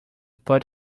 put